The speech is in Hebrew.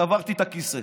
שברתי את הכיסא.